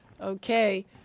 Okay